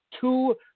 two –